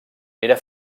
era